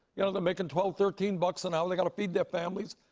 you know they're making twelve, thirteen bucks an hour. they got to feed their families.